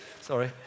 sorry